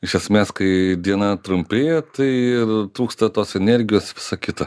iš esmės kai diena trumpėja tai ir trūksta tos energijos visa kita